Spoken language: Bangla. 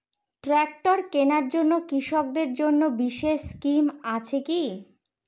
ট্রাক্টর কেনার জন্য কৃষকদের জন্য বিশেষ স্কিম আছে কি?